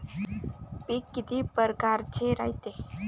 पिकं किती परकारचे रायते?